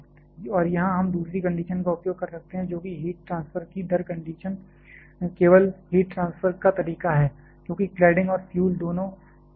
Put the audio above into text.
और यहां हम दूसरी कंडीशन का उपयोग कर सकते हैं जो कि हीट ट्रांसफर की दर कंडक्शन केवल हीट ट्रांसफर का तरीका है क्योंकि क्लैडिंग और फ्यूल दोनों ठोस हैं